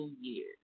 years